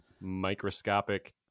microscopic